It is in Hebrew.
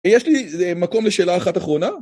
יש לי מקום לשאלה אחת אחרונה?